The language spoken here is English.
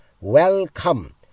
Welcome